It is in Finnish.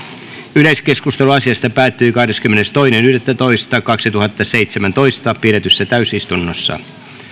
yleiskeskustelu asiasta päättyi kahdeskymmenestoinen yhdettätoista kaksituhattaseitsemäntoista pidetyssä täysistunnossa